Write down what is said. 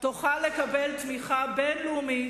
תוכל לקבל תמיכה בין-לאומית.